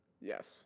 Yes